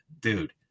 Dude